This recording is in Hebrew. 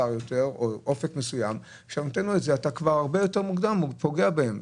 קצר יותר או אופק מסוים והרבה יותר מוקדם אתה פוגע בהם.